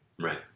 right